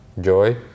joy